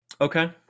Okay